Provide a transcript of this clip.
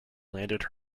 landed